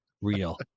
real